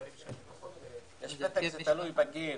זה תלוי בגיל.